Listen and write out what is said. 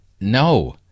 No